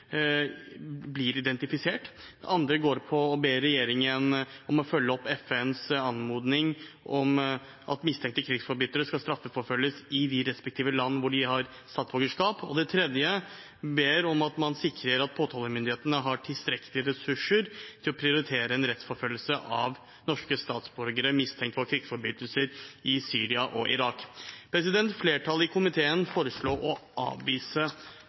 blir identifisert. Det andre går på å be regjeringen følge opp FNs anmodning om at mistenkte krigsforbrytere skal straffeforfølges i de respektive land hvor de har statsborgerskap. Det tredje er at man ber regjeringen sikre at påtalemyndighetene har tilstrekkelige ressurser til å prioritere en rettsforfølgelse av norske statsborgere mistenkt for krigsforbrytelser i Syria og Irak. Flertallet i komiteen foreslår å avvise